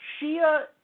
Shia